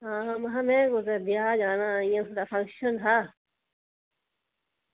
हां में हा में कुदै ब्याह् जाना हा इंया कुदै फंक्शन हा